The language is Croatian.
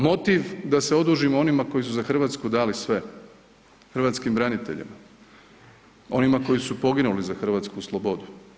Motiv da se odužimo onima koji su za Hrvatsku dali sve, hrvatskim braniteljima, onima koji su poginuli za hrvatsku slobodu.